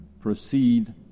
proceed